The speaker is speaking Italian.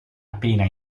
appena